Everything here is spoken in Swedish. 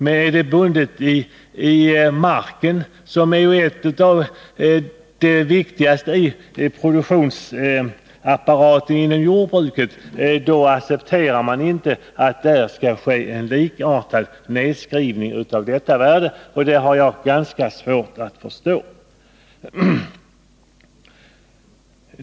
Men är kapitalet bundet i mark, som ju är en av de viktigaste produktionsapparaterna inom jordbruket, accepterar man inte en likartad nedskrivning av värdet. Detta har jag ganska svårt att förstå.